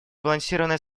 сбалансированное